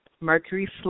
Mercury